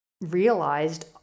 realized